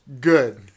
Good